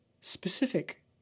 specific